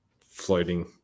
floating